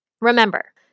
Remember